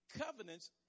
Covenants